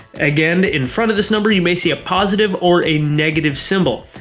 again, in front of this number you may see a positive or a negative symbol.